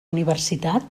universitat